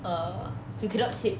err you cannot sit